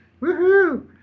Woohoo